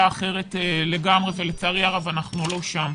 אחרת לגמרי ולצערי הרב אנחנו לא שם.